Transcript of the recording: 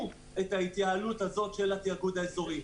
את ההתייעלות הזו של התיאגוד האזורי.